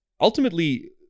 ultimately